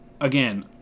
again